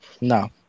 No